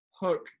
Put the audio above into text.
hook